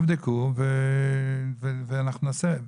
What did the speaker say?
תבדקו ואנחנו נעשה,